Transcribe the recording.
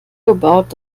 gebaut